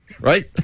Right